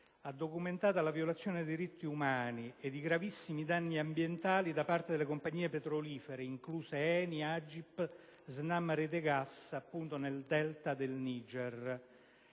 ha documentato la violazione dei diritti umani e i gravissimi danni ambientali di cui sono responsabili le compagnie petrolifere, incluse ENI, AGIP e SNAM Rete Gas, nel Delta del Niger.